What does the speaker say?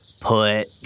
put